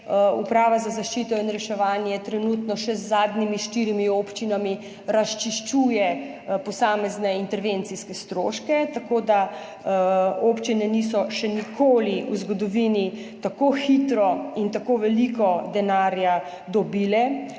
Uprava za zaščito in reševanje trenutno še z zadnjimi štirimi občinami razčiščuje posamezne intervencijske stroške, tako da občine niso še nikoli v zgodovini tako hitro in tako veliko denarja dobile